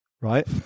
right